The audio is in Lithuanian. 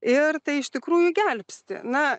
ir tai iš tikrųjų gelbsti na